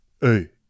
hey